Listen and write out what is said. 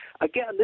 again